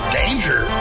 danger